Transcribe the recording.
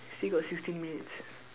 still got sixteen minutes